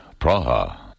Praha